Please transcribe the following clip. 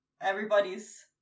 everybody's